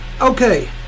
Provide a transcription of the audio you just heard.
okay